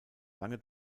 lange